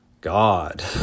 God